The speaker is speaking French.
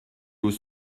aux